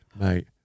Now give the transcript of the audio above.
mate